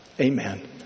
amen